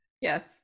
Yes